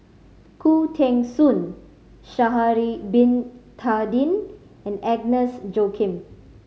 Khoo Teng Soon Sha'ari Bin Tadin and Agnes Joaquim